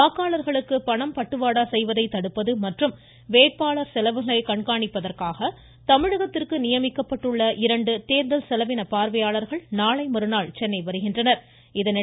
வாக்காளர்களுக்கு பணம் பட்டுவாடா செய்வதை தடுப்பது மற்றும் வேட்பாளர் செலவுகளை கண்காணிப்பதற்காக தமிழகத்திற்கு நியமிக்கப்பட்டுள்ள இரண்டு தேர்தல் செலவின பார்வையாளர்கள் நாளை மறுநாள் தமிழகம் வர உள்ளனர்